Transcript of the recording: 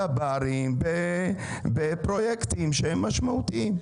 זה יכול להיות בתב"רים ובפרויקטים משמעותיים.